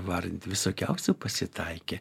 įvardint visokiausių pasitaikė